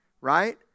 Right